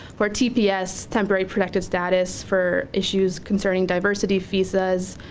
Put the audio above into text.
for tps temporary protective status, for issues concerning diversity visas,